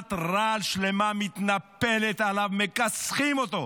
מכונת רעל שלמה מתנפלת עליו, מכסחים אותו.